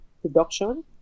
production